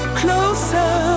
closer